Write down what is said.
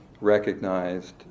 recognized